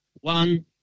one